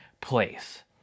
place